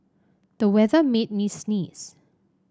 the weather made me sneeze